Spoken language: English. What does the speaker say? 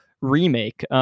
remake